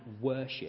worship